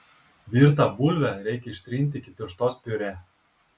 virtą bulvę reikia ištrinti iki tirštos piurė